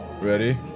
ready